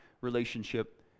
relationship